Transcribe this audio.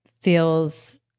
feels